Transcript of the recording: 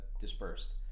dispersed